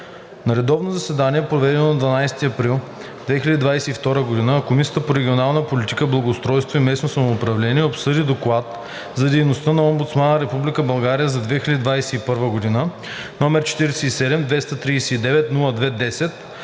На редовно заседание, проведено на 12 април 2022 г., Комисията по регионална политика, благоустройство и местно самоуправление обсъди Доклад за дейността на Омбудсмана на Република България за 2021 г., № 47-239-02-10,